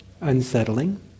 unsettling